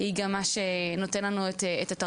היא גם מה שנותן לנו את התרבות,